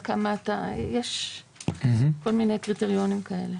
יש קריטריונים כאלה.